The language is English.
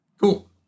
cool